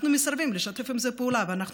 אנחנו מסרבים לשתף עם זה פעולה ואנחנו